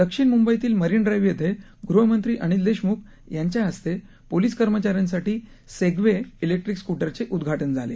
दक्षिण मुंबईतील Marine Drive येथे गृहमंत्री अनिल देशमुख यांच्या हस्ते पोलिस कर्मचाऱ्यांसाठी सेगवे इलेक्ट्रिक स्कूरचे उद्घाऊ झाले